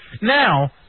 Now